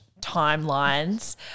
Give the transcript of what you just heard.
timelines